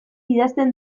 idazten